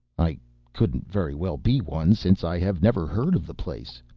i couldn't very well be one since i have never heard of the place.